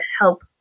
help